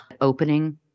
opening